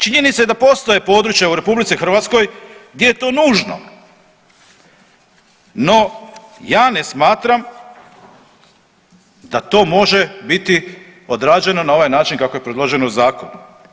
Činjenica je da postoje područja u RH gdje je to nužno, no ja ne smatram da to može biti odrađeno na ovaj način kako je predloženo u zakonu.